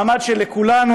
מעמד שלכולנו,